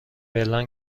فعلا